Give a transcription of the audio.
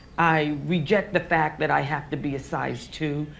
i reject the fact that i have to be a size two.